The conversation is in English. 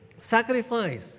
sacrifice